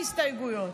מאות הסתייגויות.